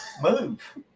Move